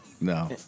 No